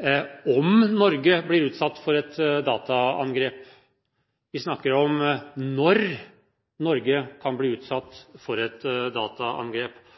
hvorvidt Norge blir utsatt for et dataangrep. Vi snakker om når Norge kan bli